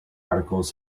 articles